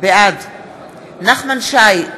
בעד נחמן שי,